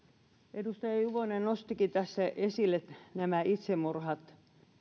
edustaja juvonen nostikin tässä esille nämä itsemurhat